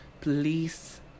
Please